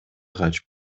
качып